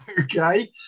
Okay